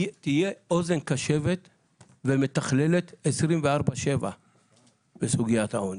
תהיה אוזן קשבת ומתכללת 24/7 בסוגיית העוני,